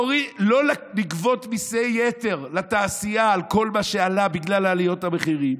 לא לגבות מיסי יתר לתעשייה על כל מה שעלה בגלל עליות המחירים,